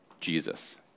Jesus